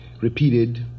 repeated